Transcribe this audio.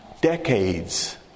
decades